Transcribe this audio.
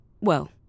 Well